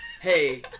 Hey